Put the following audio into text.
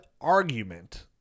argument